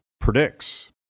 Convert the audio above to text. predicts